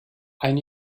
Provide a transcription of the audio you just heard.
ein